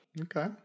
okay